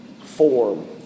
form